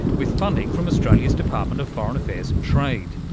with funding from australia's department of foreign affairs and trade.